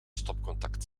stopcontact